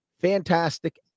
fantastic